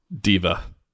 Diva